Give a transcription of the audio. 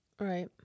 Right